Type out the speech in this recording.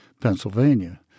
Pennsylvania